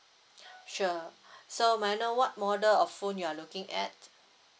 sure so may I know what model of phone you are looking at